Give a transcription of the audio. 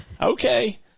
Okay